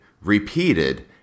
repeated